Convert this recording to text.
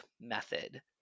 method